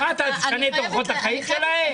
מה, תשנה את אורחות החיים שלהם?